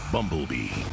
Bumblebee